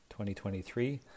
2023